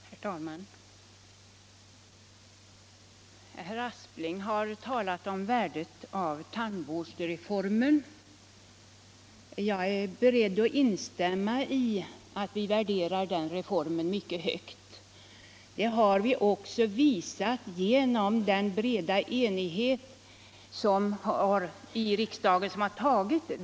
Herr talman! Herr Aspling har talat om värdet av tandvårdsreformen. Jag är beredd att instämma i att vi värderar den reformen mycket högt. Det har vi också visat genom den breda enighet med vilken riksdagen tagit reformen.